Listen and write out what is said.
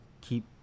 keep